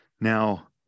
Now